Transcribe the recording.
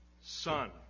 Son